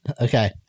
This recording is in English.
Okay